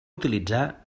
utilitzar